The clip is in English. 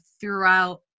throughout